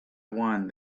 one